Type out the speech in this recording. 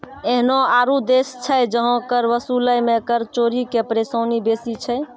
एहनो आरु देश छै जहां कर वसूलै मे कर चोरी के परेशानी बेसी छै